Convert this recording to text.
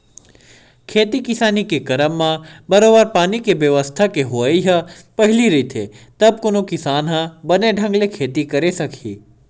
खेती किसानी के करब म बरोबर पानी के बेवस्था के होवई ह पहिली रहिथे तब कोनो किसान ह बने ढंग ले खेती करे सकही